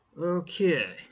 Okay